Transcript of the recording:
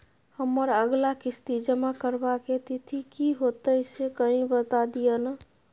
हमर अगला किस्ती जमा करबा के तिथि की होतै से कनी बता दिय न?